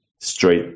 straight